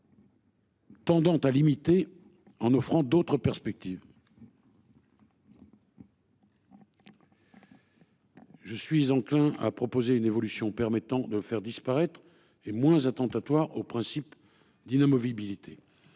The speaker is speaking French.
Tendant à limiter en offrant d'autres perspectives. Je suis enclin à proposer une évolution permettant de faire disparaître et moins attentatoire au principe d'inamovibilité.